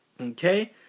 Okay